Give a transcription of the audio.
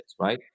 right